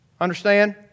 Understand